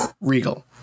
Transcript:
Regal